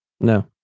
no